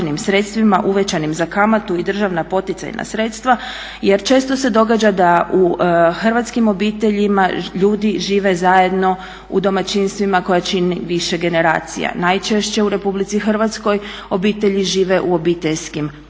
uvećanim za kamatu i državna poticajna sredstva jer često se događa da u hrvatskim obiteljima ljudi žive zajedno u domaćinstvima koja čini više generacija. Najčešće u Republici Hrvatskoj obitelji žive u obiteljskim kućama